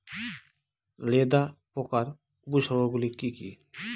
লেদা পোকার উপসর্গগুলি কি কি?